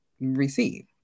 receive